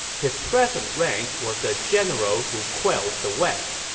his present rank was the general who quells the west,